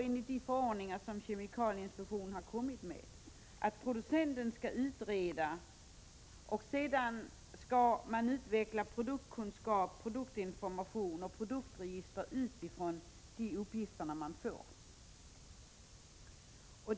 Enligt de förordningar som kemikalieinspektionen har utfärdat skall producenten utreda, och sedan skall produktkunskap, produktinformation och produktregister utvecklas med utgångspunkt i de uppgifter som inkommer.